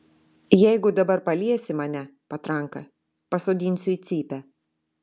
jeigu dabar paliesi mane patranka pasodinsiu į cypę